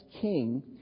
king